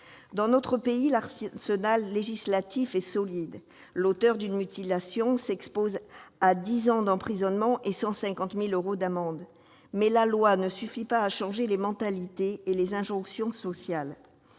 Dans notre pays, l'arsenal législatif est solide. L'auteur d'une mutilation s'expose à dix ans d'emprisonnement et 150 000 euros d'amende. Mais la loi ne suffit pas à changer les mentalités et les injonctions sociales.